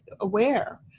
aware